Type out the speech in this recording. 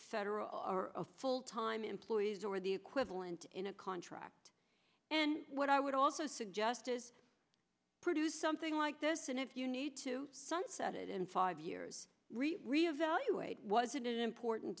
several or a full time employees or the equivalent in a contract and what i would also suggest is produce something like this and if you need to sunset it in five years we value it was an important